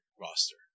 roster